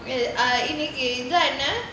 இன்னைக்கு இதென்ன:innaikku ithaenna